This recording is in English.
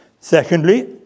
secondly